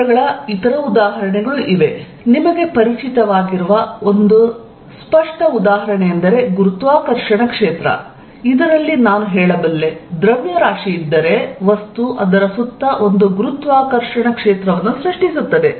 ಕ್ಷೇತ್ರಗಳ ಇತರ ಉದಾಹರಣೆಗಳು ಇವೆ ನಿಮಗೆ ಪರಿಚಿತವಾಗಿರುವ ಒಂದು ಸ್ಪಷ್ಟ ಉದಾಹರಣೆಯೆಂದರೆ ಗುರುತ್ವಾಕರ್ಷಣ ಕ್ಷೇತ್ರ ಇದರಲ್ಲಿ ನಾನು ಹೇಳಬಲ್ಲೆ ದ್ರವ್ಯರಾಶಿ ಇದ್ದರೆ ವಸ್ತು ಅದರ ಸುತ್ತ ಒಂದು ಗುರುತ್ವಾಕರ್ಷಣ ಕ್ಷೇತ್ರವನ್ನು ಸೃಷ್ಟಿಸುತ್ತದೆ